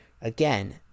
Again